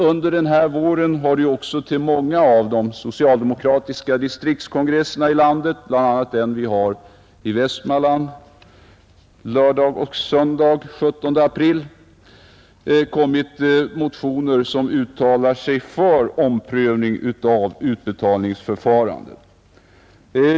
Under denna vår har det också till många av de socialdemokratiska distriktskongresserna, bl.a. den vi har i Västmanland den 17 och 18 april, kommit motioner som uttalar sig för en omprövning av utbetalningsförfarandet.